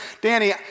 Danny